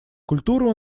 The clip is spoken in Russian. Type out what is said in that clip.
культуры